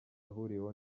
ahuriweho